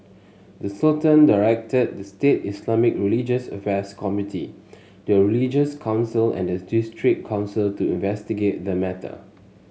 the Sultan directed the state Islamic religious affairs committee the religious council and the district council to investigate the matter